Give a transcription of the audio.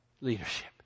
leadership